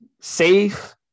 safe